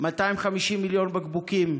250 מיליון בקבוקים,